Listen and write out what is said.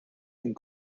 and